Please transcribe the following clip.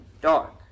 Dark